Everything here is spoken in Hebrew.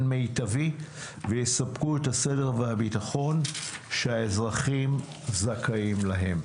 מיטבי ויספקו את הסדר והביטחון שהאזרחים זכאים להם.